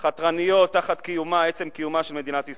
חתרניות תחת עצם קיומה של מדינת ישראל,